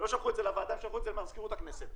הם לא הציגו לוועדה אלא שלחו למזכירות הכנסת.